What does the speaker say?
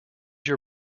your